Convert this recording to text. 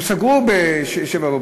הם סגרו ב-07:00.